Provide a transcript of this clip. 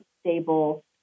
stable